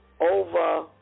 Over